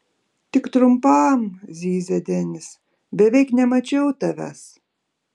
tik trumpam zyzia denis beveik nemačiau tavęs